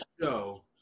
show